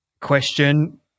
question